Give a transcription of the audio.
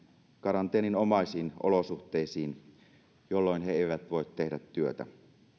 karanteeninomaisiin olosuhteisiin jolloin he eivät voi tehdä työtä